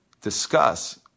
discuss